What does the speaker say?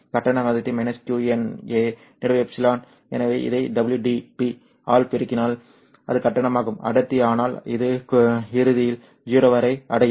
கட்டணம் அடர்த்தி -qNA ε எனவே இதை WdP ஆல் பெருக்கினால் அது கட்டணம் ஆகும் அடர்த்தி ஆனால் இது இறுதியில் 0 வரை அடையும்